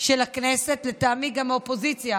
של הכנסת, לטעמי גם האופוזיציה